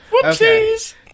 whoopsies